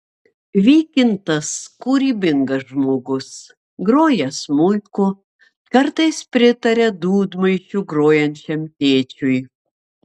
vykintas kūrybingas žmogus groja smuiku kartais pritaria dūdmaišiu grojančiam tėčiui